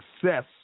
success